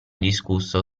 discusso